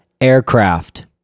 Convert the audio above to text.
aircraft